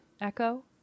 Echo